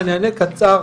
אני אענה קצר.